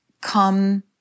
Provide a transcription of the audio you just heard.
come